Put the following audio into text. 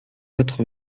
quatre